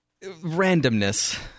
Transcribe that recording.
randomness